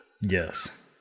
yes